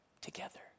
together